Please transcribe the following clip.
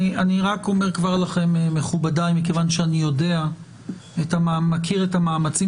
אני אומר לכם כבר עכשיו מכובדיי מכיוון שאני מכיר את המאמצים